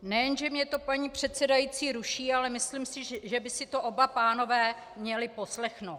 Nejen že mě to, paní předsedající, ruší, ale myslím si, že by si to oba pánové měli poslechnout.